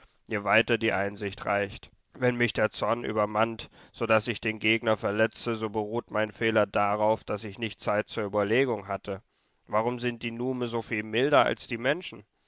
je weiter die einsicht reicht wenn mich der zorn übermannt so daß ich den gegner verletze so beruht mein fehler darauf daß ich nicht zeit zur überlegung hatte warum sind die nume soviel milder als die menschen